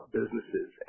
businesses